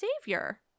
savior